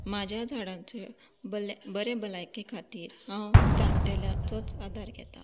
म्हज्या झाडांचे बरे भलायके खातीर हांव जाण्टेल्यांचोच आदार घेतां